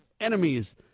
enemies